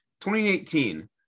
2018